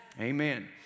amen